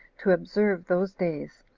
to observe those days,